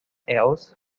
else